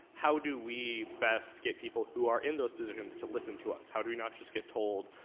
how do we best get people who are in those positions to listen to us? how do we not just get told,